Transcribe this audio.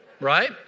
right